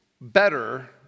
better